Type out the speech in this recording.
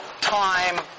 time